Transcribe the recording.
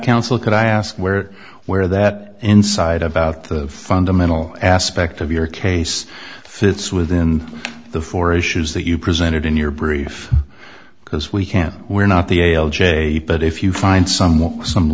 counsel could i ask where where that insight about the fundamental aspect of your case fits within the four issues that you presented in your brief because we can't we're not the but if you find someone some